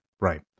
right